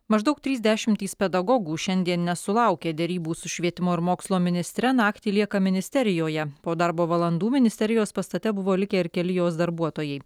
maždaug trys dešimtys pedagogų šiandien nesulaukę derybų su švietimo ir mokslo ministre naktį lieka ministerijoje po darbo valandų ministerijos pastate buvo likę ir keli jos darbuotojai